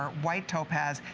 um white topaz.